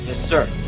ah sir.